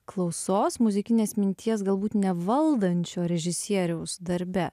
klausos muzikinės minties galbūt nevaldančio režisieriaus darbe